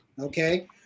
okay